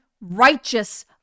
righteous